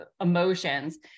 emotions